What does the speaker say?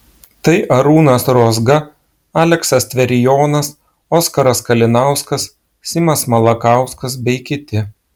tai arūnas rozga aleksas tverijonas oskaras kalinauskas simas malakauskas bei kiti